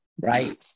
right